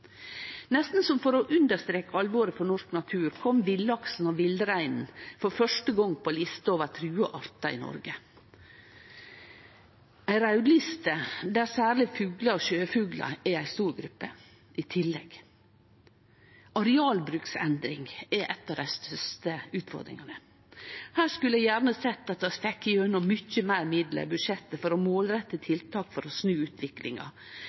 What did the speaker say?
Nesten som for å understreke alvoret for norsk natur kom villaksen og villreinen for første gong på lista over trua artar i Noreg, ei raudliste der særleg fuglar og sjøfuglar er ei stor gruppe i tillegg. Arealbruksendring er ei av dei største utfordringane. Her skulle eg gjerne ha sett at vi fekk inn mykje meir midlar i budsjettet for å målrette tiltak for å snu utviklinga